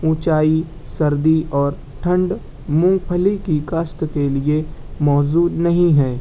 اونچائی سردی اور ٹھنڈ مونگ پھلی کی کاشت کے لئے موزوں نہیں ہے